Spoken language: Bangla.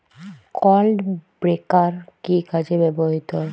ক্লড ব্রেকার কি কাজে ব্যবহৃত হয়?